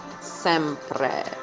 sempre